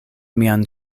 mian